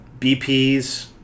BPs